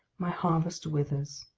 my harvest withers.